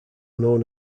known